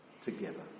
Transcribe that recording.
together